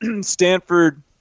Stanford